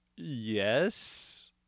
Yes